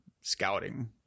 scouting